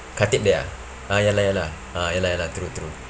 khatib there ah uh ya lah ya lah uh ya lah ya lah true true